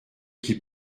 qui